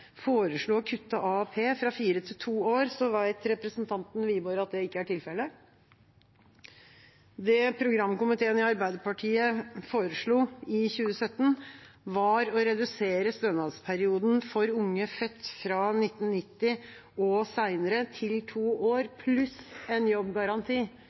foreslo å kutte AAP fra fire til to år, vet representanten Wiborg at det ikke er tilfellet. Det programkomiteen i Arbeiderpartiet foreslo i 2017, var å redusere stønadsperioden for unge født fra 1990 og senere til to år pluss en jobbgaranti